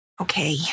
Okay